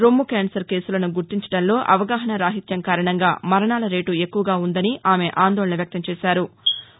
రొమ్ము క్యాన్సర్ కేసులను గుర్తించడంలో అవగాహనా రాహిత్యం కారణంగా మరణాల రేటు ఎక్కువగా ఉందని ఆమె ఆందోళన వ్యక్తం చేశారు